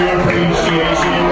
appreciation